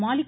Malik